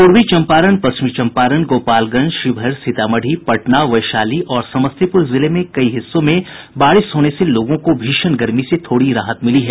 पूर्वी चम्पारण पश्चिमी चम्पारण गोपालगंज शिवहर सीतामढ़ी पटना वैशाली और समस्तीपुर जिले के कई हिस्सों में बारिश होने से लोगों को भीषण गर्मी से थोड़ी राहत मिली है